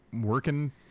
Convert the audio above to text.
working